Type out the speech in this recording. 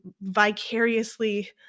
vicariously